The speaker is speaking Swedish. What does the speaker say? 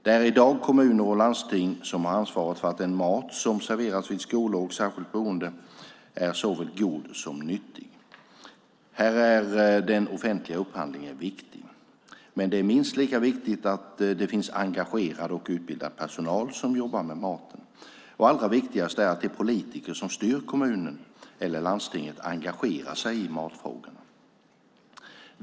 Det är i dag kommuner och landsting som ansvarar för att den mat som serveras vid skolor och särskilt boende är såväl god som nyttig. Här är den offentliga upphandlingen viktig. Men det är minst lika viktigt att det finns engagerad och utbildad personal som jobbar med maten. Och allra viktigast är att de politiker som styr kommunen eller landstinget engagerar sig i matfrågorna.